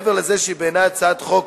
מעבר לזה שהיא בעיני הצעת חוק